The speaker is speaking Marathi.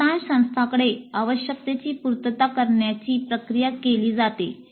बहुतांश संस्थांकडे आवश्यकतेची पूर्तता करण्याची प्रक्रिया केली जाते